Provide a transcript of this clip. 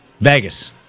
Vegas